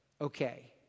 okay